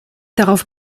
darauf